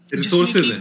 resources